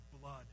blood